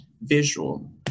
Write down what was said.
visual